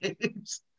games